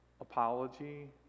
apology